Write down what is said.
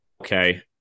okay